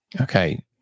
Okay